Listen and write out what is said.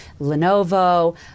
Lenovo